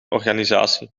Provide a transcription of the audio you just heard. organisatie